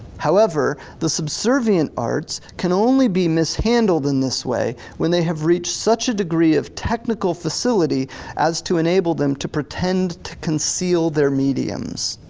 however, the subservient arts can only be mishandled in this way when they have reached such a degree of technical facility as to enable them to pretend to conceal their mediums.